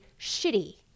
shitty